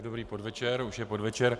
Dobrý podvečer už je podvečer.